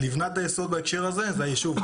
לבנת היסוד בהקשר הזה זה היישוב,